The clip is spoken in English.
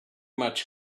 much